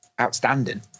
outstanding